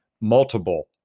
multiple